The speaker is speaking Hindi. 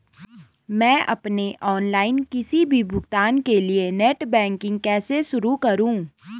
मैं अपने ऑनलाइन किसी भी भुगतान के लिए नेट बैंकिंग कैसे शुरु करूँ?